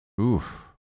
Oof